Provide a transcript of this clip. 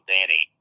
Danny